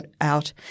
out